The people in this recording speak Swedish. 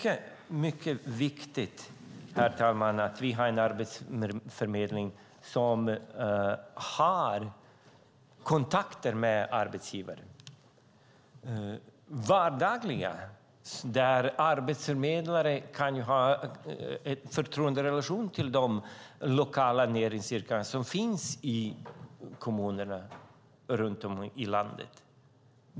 Det är mycket viktigt att vi har en arbetsförmedling som har kontakter med arbetsgivare - vardagliga sådana, där arbetsförmedlare kan ha en förtroenderelation med de lokala näringsidkare som finns i kommunerna runt om i landet.